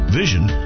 vision